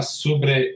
sobre